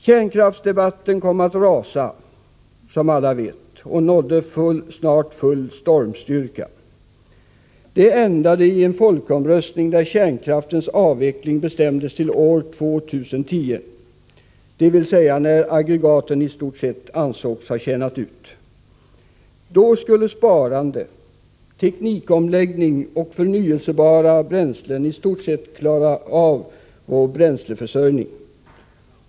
Kärnkraftsdebatten kom att rasa, som alla vet, och nådde snart full stormstyrka. Debatten ändade i en folkomröstning där kärnkraftens avveckling bestämdes till år 2010, dvs. när aggregaten i stort sett ansågs ha tjänat ut. Då skulle sparande, teknikomläggning och förnyelsebara bränslen i stort sett klara vår bränsleförsörjning.